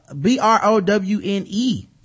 B-R-O-W-N-E